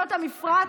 מדינות המפרץ,